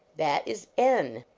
that is n.